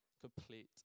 complete